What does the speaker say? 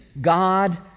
God